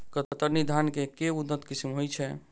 कतरनी धान केँ के उन्नत किसिम होइ छैय?